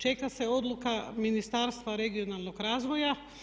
Čeka se odluka Ministarstva regionalnog razvoja.